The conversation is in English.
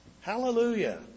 Hallelujah